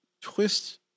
twist